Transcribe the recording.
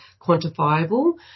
quantifiable